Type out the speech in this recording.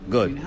Good